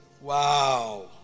Wow